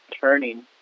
turning